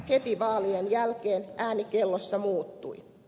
heti vaalien jälkeen ääni kellossa muuttui